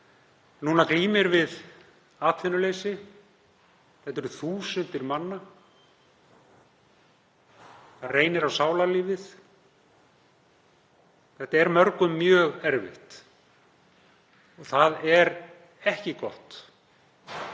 nú glímir við atvinnuleysi. Það eru þúsundir manna. Það reynir á sálarlífið. Það er mörgum mjög erfitt og það er ekki gott